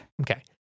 Okay